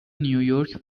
نییورک